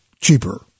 cheaper